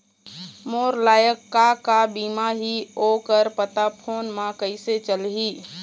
मोर लायक का का बीमा ही ओ कर पता फ़ोन म कइसे चलही?